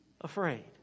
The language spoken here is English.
afraid